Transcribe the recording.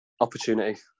Opportunity